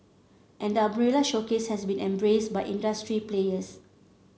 and the umbrella showcase has been embraced by industry players